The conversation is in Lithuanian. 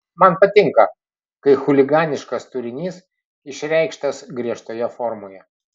man patinka kad chuliganiškas turinys išreikštas griežtoje formoje